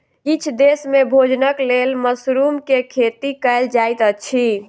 किछ देस में भोजनक लेल मशरुम के खेती कयल जाइत अछि